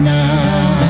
now